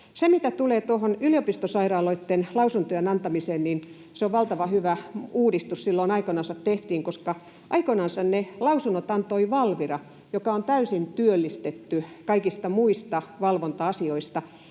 Mitä tulee tuohon yliopistosairaaloitten lausuntojen antamiseen, niin se on valtavan hyvä uudistus, joka silloin aikoinansa tehtiin, koska aikoinansa ne lausunnot antoi Valvira, joka on täysin työllistetty kaikista muista valvonta-asioista,